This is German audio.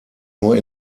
nur